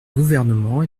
gouvernement